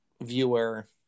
viewer